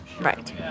Right